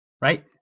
right